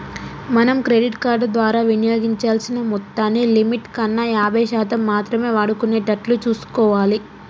మనం credit card ద్వారా వినియోగించాల్సిన మొత్తాన్ని లిమిట్ కన్నా యాభై శాతం మాత్రమే వాడుకునేటట్లు చూసుకోవాలి